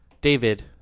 david